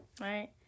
right